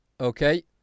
Okay